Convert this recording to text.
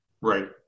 Right